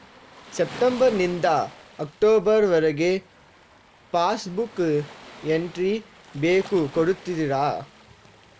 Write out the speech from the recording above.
September ನಿಂದ October ವರಗೆ passbook entry ಬೇಕು ಕೊಡುತ್ತೀರಾ?